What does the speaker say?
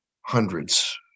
hundreds